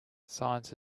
science